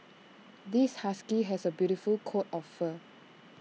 this husky has A beautiful coat of fur